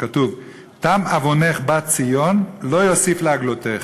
כתוב: "תם עֲו‍ֹנֵךְ בת ציון לא יוסיף להגלותך".